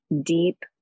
deep